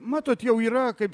matot jau yra kaip